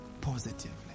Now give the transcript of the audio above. positively